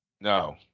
No